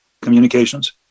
communications